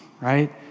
right